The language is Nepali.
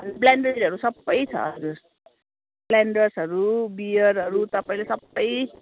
ब्लेन्डरहरू सबै छ हजुर ब्लेन्डर्सहरू बियरहरू तपाईँले सबै